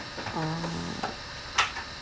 ah